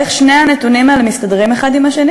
איך שני הנתונים האלה מסתדרים אחד עם השני?